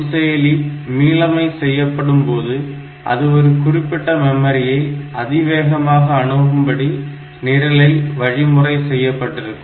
நுண்செயலி மீளமை செய்யப்படும்போது அது ஒரு குறிப்பிட்ட மெமரியை அதிவேகமாக அணுகும்படி நிரலை வழிமுறை செய்யப்பட்டிருக்கும்